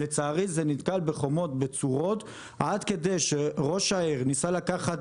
לצערי זה נתקל בחומות בצורות עד כדי שכשראש העיר ניסה לקחת